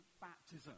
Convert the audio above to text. baptism